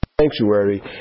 Sanctuary